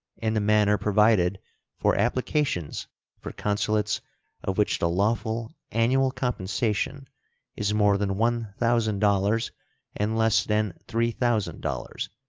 in the manner provided for applications for consulates of which the lawful annual compensation is more than one thousand dollars and less than three thousand dollars,